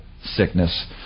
sickness